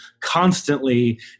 constantly